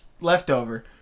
leftover